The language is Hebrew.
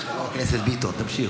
חבר הכנסת ביטון, תמשיך.